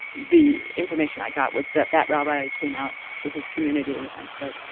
the information i got was that that rabbi came out to his community and said,